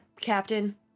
captain